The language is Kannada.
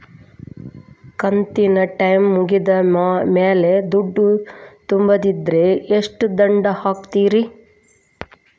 ಕಂತಿನ ಟೈಮ್ ಮುಗಿದ ಮ್ಯಾಲ್ ದುಡ್ಡು ತುಂಬಿದ್ರ, ಎಷ್ಟ ದಂಡ ಹಾಕ್ತೇರಿ?